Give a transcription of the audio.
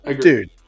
dude